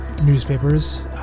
newspapers